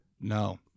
No